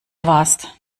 warst